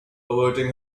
averting